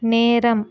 நேரம்